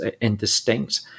indistinct